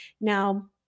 Now